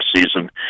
season